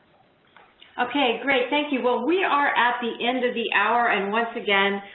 okay, great, thank you. well, we are at the end of the hour. and once again,